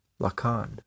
Lacan